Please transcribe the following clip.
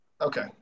Okay